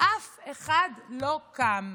אף אחד לא קם.